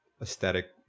aesthetic